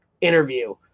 interview